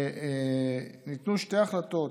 שניתנו שתי החלטות,